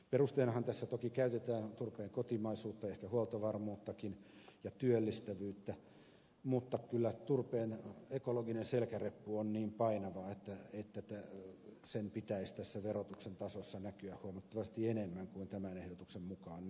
perusteenahan tässä toki käytetään turpeen kotimaisuutta ehkä huoltovarmuuttakin ja työllistävyyttä mutta kyllä turpeen ekologinen selkäreppu on niin painava että sen pitäisi tässä verotuksen tasossa näkyä huomattavasti enemmän kuin tämän ehdotuksen mukaan näkyisi